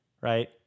right